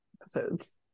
episodes